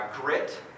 Grit